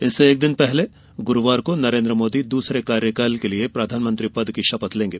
इससे एक दिन पहले ब्रहस्पतिवार को नरेन्द्र मोदी दूसरे कार्यकाल के लिए प्रधानमंत्री पद की शपथ लेंगे